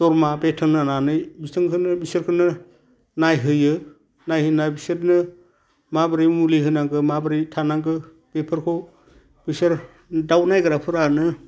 धरमहा बेथन होनानै बिथोनखौनो बिसोरखौनो नायहोयो नायहोना बिसोरनो माबोरै मुलि होनांगौ माबोरै थानांगो बेफोरखौ बेसोर दाव नायग्राफोरानो